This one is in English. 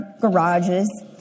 garages